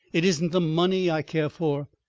it isn't the money i care for.